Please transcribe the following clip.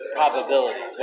probability